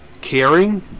caring